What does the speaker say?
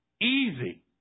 easy